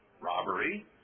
robbery